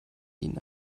ihnen